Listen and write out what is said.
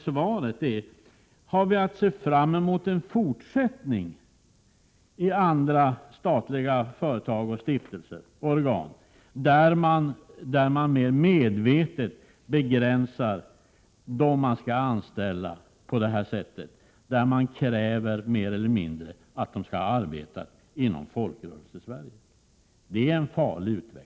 Det kan ifrågasättas om ett statens företag eller stiftelse bör söka sin personal med särskild vikt vid folkrörelsebakgrund och, underförstått, folkrörelsesympatier.